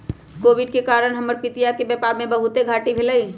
Covid के कारण हमर पितिया के व्यापार में बहुते घाट्टी भेलइ